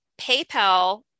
PayPal